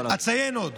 אציין עוד